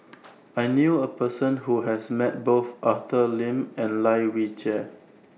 I knew A Person Who has Met Both Arthur Lim and Lai Weijie